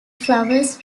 flowers